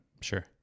Sure